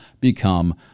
become